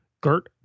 Gert